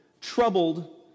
troubled